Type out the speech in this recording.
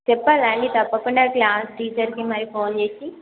చెప్పాలా అండి తప్పకుండా క్లాస్ టీచర్కి మరి ఫోన్ చేసి